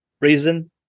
Reason